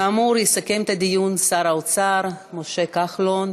כאמור, יסכם את הדיון שר האוצר משה כחלון.